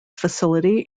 facility